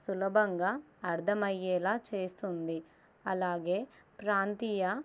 సులభంగా అర్థమయ్యేలాగ చేస్తుంది అలాగే ప్రాంతీయ